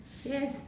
yes